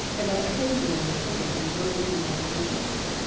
and are occasionally taken and broken in by the negroes.